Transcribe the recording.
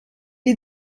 est